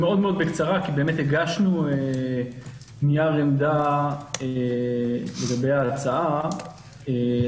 הגשנו נייר עמדה אז אני אדבר מאוד בקצרה.